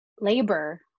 labor